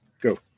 Go